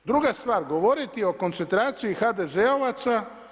Druga je stvar govoriti o koncentraciji HDZ-ovaca.